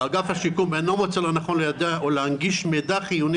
אגף השיקום אינו מוצא לנכון ליידע או להנגיש מידע חיוני